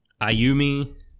ayumi